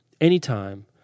anytime